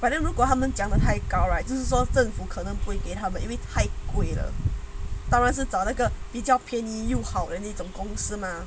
but then 如果他们讲得太高 right 就是说政府可能不会给他们因为太贵了当然是找一个比较便宜又好的一种公司 mah